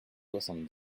soixante